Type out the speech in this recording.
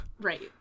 Right